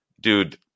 dude